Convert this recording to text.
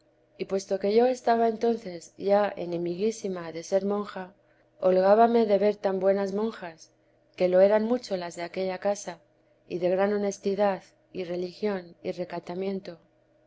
y puesto que yo estaba entonces ya enemiguísima de ser monja holgábame de ver tan buenas monjas que lo eran mucho las de aquella casa y de gran honestidad y religión y recatamiento